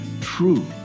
true